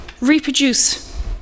reproduce